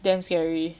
damn scary